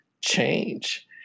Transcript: change